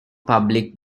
public